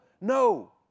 No